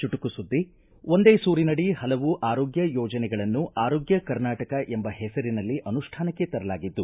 ಚುಟುಕು ಸುದ್ದಿ ಒಂದೇ ಸೂರಿನಡಿ ಹಲವು ಆರೋಗ್ಯ ಯೋಜನೆಗಳನ್ನು ಆರೋಗ್ಯ ಕರ್ನಾಟಕ ಎಂಬ ಹೆಸರಿನಲ್ಲಿ ಅನುಷ್ಠಾನಕ್ಕೆ ತರಲಾಗಿದ್ದು